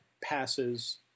passes